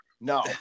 no